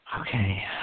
Okay